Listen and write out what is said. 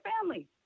family